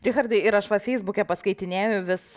richardai ir aš va feisbuke paskaitinėju vis